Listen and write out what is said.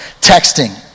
Texting